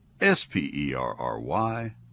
S-P-E-R-R-Y